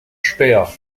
speer